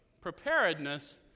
preparedness